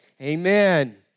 amen